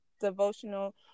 devotional